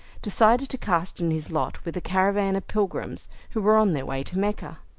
decided to cast in his lot with a caravan of pilgrims who were on their way to mecca.